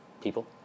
people